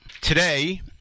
Today